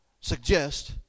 suggest